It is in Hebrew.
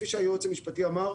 כפי שהיועץ המשפטי אמר,